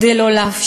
כדי לא לאפשר,